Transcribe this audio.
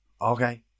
Okay